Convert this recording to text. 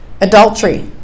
Adultery